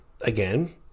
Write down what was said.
again